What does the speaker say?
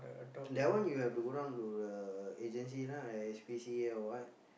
that one you have to go down to the agency right S_P_C_A or what